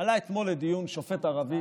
עלה אתמול לדיון שופט ערבי